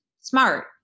smart